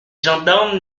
gendarmes